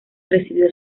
recibió